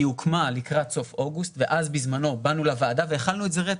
היא הוקמה לקראת סוף אוגוסט ואז בזמנו באנו לוועדה והחלנו את זה רטרו,